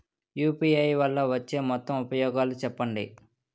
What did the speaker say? UPI వల్ల వచ్చే మొత్తం ఉపయోగాలు చెప్పండి?